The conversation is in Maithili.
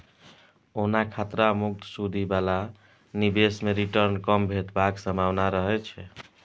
ओना खतरा मुक्त सुदि बला निबेश मे रिटर्न कम भेटबाक संभाबना रहय छै